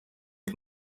and